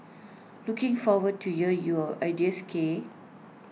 looking forward to hear your ideas K